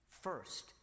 First